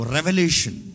Revelation